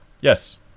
Yes